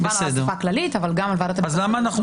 כמובן אסיפה כללית, אבל גם על ועדת